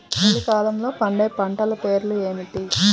చలికాలంలో పండే పంటల పేర్లు ఏమిటీ?